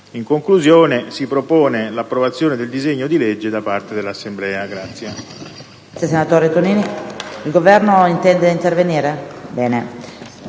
la Commissione propone l'approvazione del disegno di legge da parte dell'Assemblea.